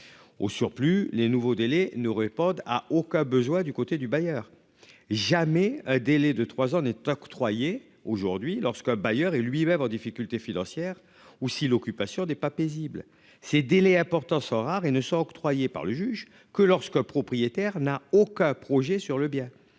Au surplus, les nouveaux délais ne répondent à aucun besoin du côté du bailleur, jamais un délai de 3 ans n'est octroyée aujourd'hui lorsqu'un bailleur et lui-même en difficulté financière, ou si l'occupation des pas paisible ces délais importants sont rares et ne soient octroyés par le juge que lorsque propriétaire n'a aucun projet sur le bien.